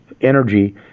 energy